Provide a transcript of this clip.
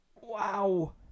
Wow